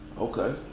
Okay